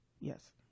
Yes